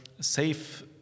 safe